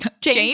James